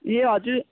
ए हजुर